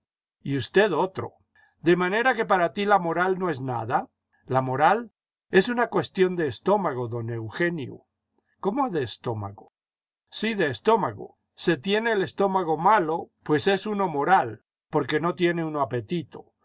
y usíed otro de manera que para ti la moral no es nada jla moral es una cuestión de estómago don eugenio cómo de estómago sí de estómago se tiene el estómago malo pues es uno moral porque no tiene uno apetito